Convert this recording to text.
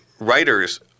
Writers